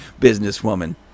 businesswoman